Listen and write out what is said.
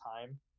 time